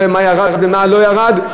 מה ירד ומה לא ירד,